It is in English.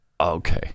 Okay